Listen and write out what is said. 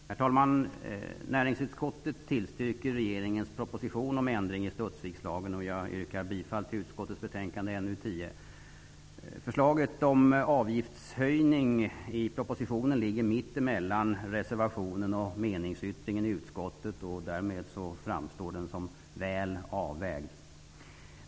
Herr talman! Näringsutskottet tillstyrker regeringens proposition om ändring i Studsvikslagen, och jag yrkar bifall till utskottets hemställan i betänkande NU10. Förslaget i propositionen om avgiftshöjning ligger mitt emellan reservationen och meningsyttringen i utskottsbetänkandet, och därmed framstår förslaget som väl avvägt.